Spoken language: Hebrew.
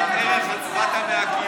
אתה באת מהקיבוץ,